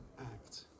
act